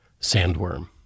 Sandworm